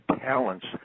talents